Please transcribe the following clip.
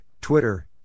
Twitter